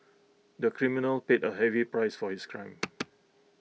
the criminal paid A heavy price for his crime